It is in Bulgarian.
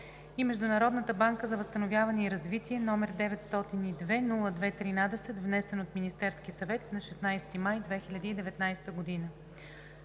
и Международната банка за възстановяване и развитие, № 902-02-13, внесен от Министерския съвет нa 16 май 2019 г.